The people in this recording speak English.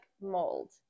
mold